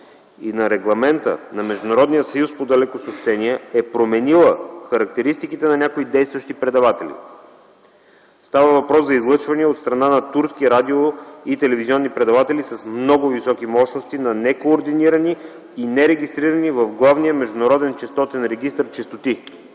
и на Регламента на Международния съюз по далекосъобщения е променила характеристиките на някои действащи предаватели. Става въпрос за излъчвания от страна на турски радио- и телевизионни предаватели с много високи мощности на некоординирани и нерегистрирани в главния международен честотен регистър честоти.